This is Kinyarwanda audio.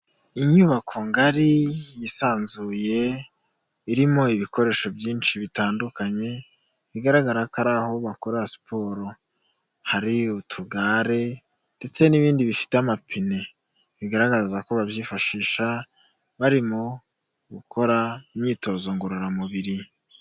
Inyubako ngari yisanzuye irimo ibikoresho byinshi bitandukanye bigaragara ko aho bakora siporo hari utugare ndetse n'ibindi bifite amapine bigaragaza ko babyifashisha barimo gukora imyitozo ngororamubiri.